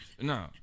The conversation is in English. No